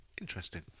Interesting